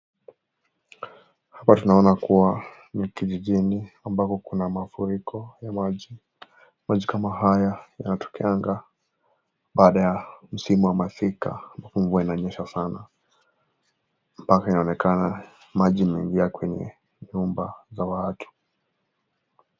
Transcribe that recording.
Hapa tunaona kuwa ni kijijini, ambapo kuna mafuriko ya maji. Maji kama haya yanatokeanga baada ya msimu wa masika ambapo mvua inanyesha sana mpaka inaonekana maji inaingia kwenye nyumba za watu.